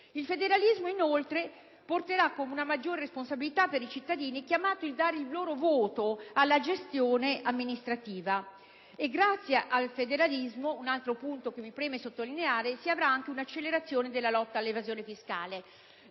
Il federalismo, inoltre, porterà una maggiore responsabilità per i cittadini, chiamati a dare il proprio voto alla gestione amministrativa. Ancora, è questo un altro punto che mi preme sottolineare, grazie al federalismo si avrà anche un'accelerazione della lotta all'evasione fiscale.